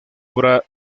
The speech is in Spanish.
obra